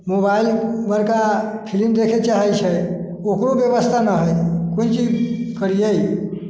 mobile बड़का film देखै चाहैत छै ओकरो व्यवस्था नहि हइ कोन चीज करियै